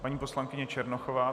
Paní poslankyně Černochová.